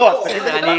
לא הייתה שום הוזלה.